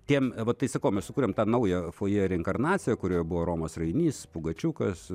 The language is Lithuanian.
tiem va tai sakau mes sukurėm tą naują fojė reinkarnaciją kurioje buvo romas rainys pugačiukas